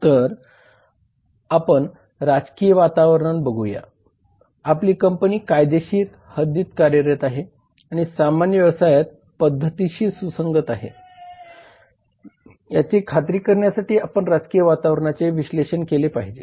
तर आपण राजकीय वातावरण बघूया आपली कंपनी कायदेशीर हद्दीत कार्यरत आहे आणि सामान्य व्यवसाय पद्धतीशी सुसंगत आहे याची खात्री करण्यासाठी आपण राजकीय वातावरणाचे विश्लेषण केले पाहिजे